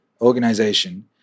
organization